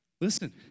listen